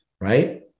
right